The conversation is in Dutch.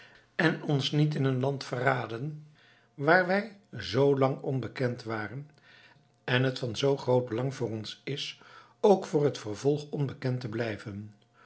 en ons niet in een land verraden waar wij zoo lang onbekend waren en het van zoo groot belang voor ons is ook voor t vervolg onbekend te blijven